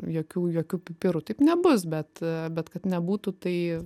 jokių jokių pipirų taip nebus bet bet kad nebūtų tai